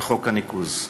לחוק הניקוז.